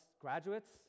graduates